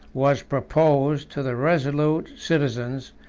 was proposed to the resolute citizens,